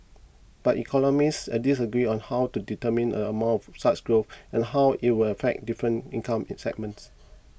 but economists are disagree on how to determine a amount of such growth and how it would affect different income in segments